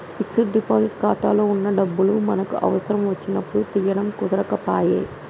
fixed deposit ఖాతాలో వున్న డబ్బులు మనకి అవసరం వచ్చినప్పుడు తీయడం కుదరకపాయె